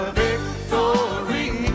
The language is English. victory